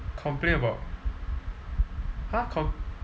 complain about !huh! com~